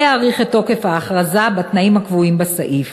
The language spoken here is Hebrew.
להאריך את תוקף ההכרזה בתנאים הקבועים בסעיף.